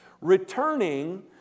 Returning